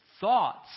thoughts